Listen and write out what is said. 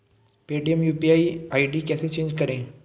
Paytm UPI ID कैसे change करें?